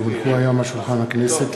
כי הונחו היום על שולחן הכנסת,